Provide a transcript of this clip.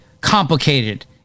complicated